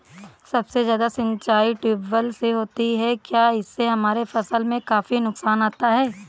सबसे ज्यादा सिंचाई ट्यूबवेल से होती है क्या इससे हमारे फसल में काफी नुकसान आता है?